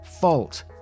fault